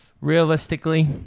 realistically